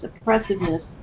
oppressiveness